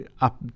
up